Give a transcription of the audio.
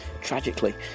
tragically